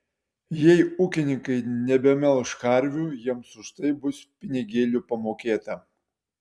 jei ūkininkai nebemelš karvių jiems už tai bus pinigėlių pamokėta